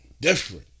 Different